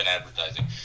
advertising